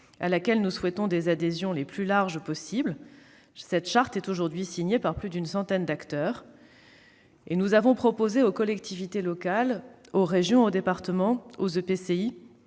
laquelle nous souhaitons des adhésions les plus larges possible. Cette charte est aujourd'hui signée par plus d'une centaine d'acteurs et nous avons proposé aux collectivités locales, notamment aux régions, aux départements et aux